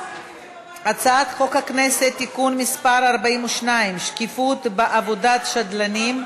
הצעת חוק הכנסת (תיקון מס' 42) (שקיפות בעבודת שדלנים),